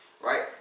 right